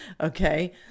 okay